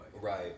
Right